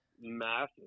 massive